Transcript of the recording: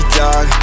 dog